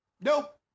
Nope